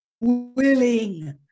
willing